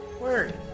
Word